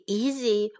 easy